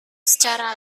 secara